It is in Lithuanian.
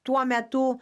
tuo metu